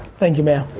thank you man.